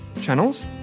channels